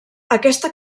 aquesta